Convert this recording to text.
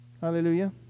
Hallelujah